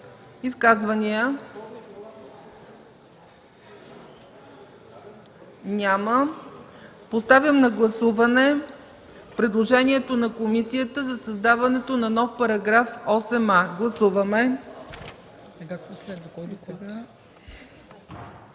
Изказвания? Няма. Поставям на гласуване предложението на комисията за създаването на нов § 8а. Гласували